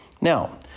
Now